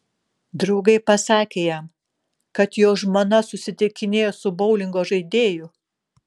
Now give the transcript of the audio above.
draugai pasakė jam kad jo žmona susitikinėjo su boulingo žaidėju